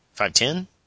Five-ten